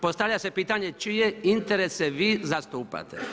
Postavlja se pitanje čije interese vi zastupate?